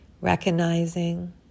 recognizing